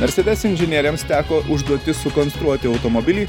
mercedes inžinieriams teko užduotis sukonstruoti automobilį